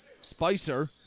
Spicer